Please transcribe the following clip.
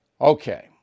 Okay